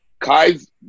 Kai's